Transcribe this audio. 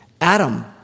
Adam